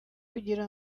kugira